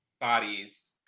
bodies